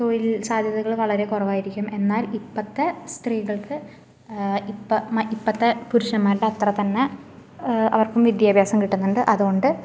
തൊഴിൽ സാധ്യതകൾ വളരെ കുറവായിരിക്കും എന്നാൽ ഇപ്പത്തെ സ്ത്രീകൾക്ക് ഇപ്പം ഇപ്പത്ത പുരുക്ഷന്മാരുടെ അത്ര തന്നെ അവർക്കും വിദ്യാഭ്യാസം കിട്ടുന്നുണ്ട് അതുകൊണ്ട്